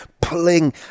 pulling